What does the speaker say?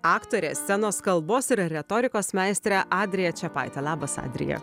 aktorė scenos kalbos ir retorikos meistrė adrija čepaitė labas adrija